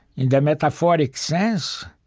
in the metaphoric sense,